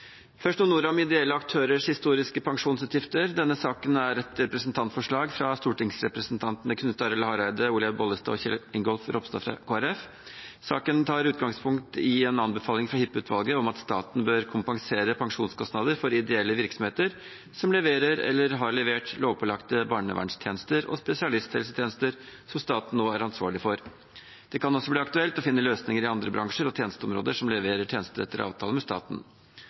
Først noen ord om ideelle aktørers historiske pensjonsutgifter: Denne saken er et representantforslag fra stortingsrepresentantene Knut Arild Hareide, Olaug V. Bollestad og Kjell Ingolf Ropstad fra Kristelig Folkeparti. Saken tar utgangspunkt i en anbefaling fra Hippe-utvalget om at staten bør kompensere pensjonskostnader for ideelle virksomheter som leverer eller har levert lovpålagte barnevernstjenester og spesialisthelsetjenester som staten nå er ansvarlig for. Det kan også bli aktuelt å finne løsninger i andre bransjer og tjenesteområder som leverer tjenester etter avtale med staten.